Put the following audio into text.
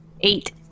Eight